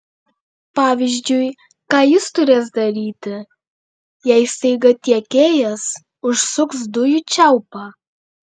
pavyzdžiui ką jis turės daryti jei staiga tiekėjas užsuks dujų čiaupą